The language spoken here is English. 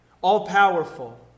all-powerful